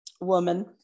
woman